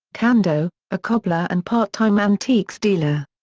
kando, a cobbler and part-time antiques dealer.